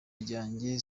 ryanjye